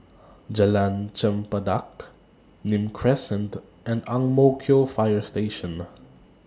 Jalan Chempedak Nim Crescent and Ang Mo Kio Fire Station